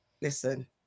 listen